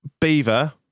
Beaver